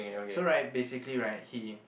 so right basically right he